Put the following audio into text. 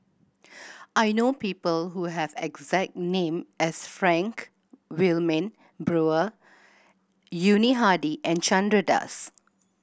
I know people who have exact name as Frank Wilmin Brewer Yuni Hadi and Chandra Das